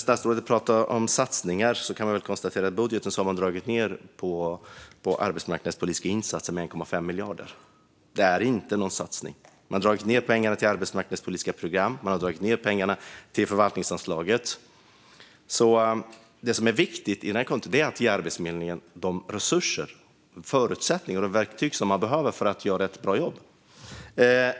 Statsrådet pratar om satsningar, men i budgeten har man dragit ned 1,5 miljarder på arbetsmarknadspolitiska insatser. Det är ingen satsning. Man har dragit ned på pengarna till arbetsmarknadspolitiska program och förvaltningsanslag. Men det är viktigt att ge Arbetsförmedlingen de resurser, förutsättningar och verktyg myndigheten behöver för göra ett bra jobb.